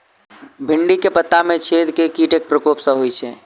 भिन्डी केँ पत्ता मे छेद केँ कीटक प्रकोप सऽ होइ छै?